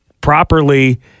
properly